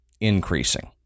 increasing